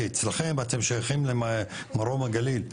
כי אצלכם אתם שייכים למרום הגליל,